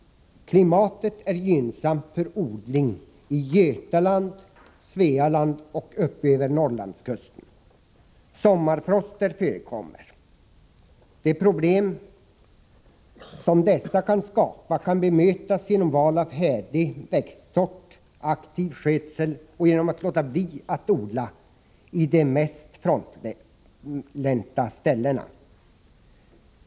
Klimatet är gynnsamt för odling i Götaland och Svealand och uppöver Norrlandskusten. Sommarfroster förekommer. De problem som dessa kan skapa kan klaras genom val av härdig växtsort, aktiv skötsel och genom att man låter bli att odla på de mest frostlänta ställena.